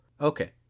Okay